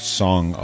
song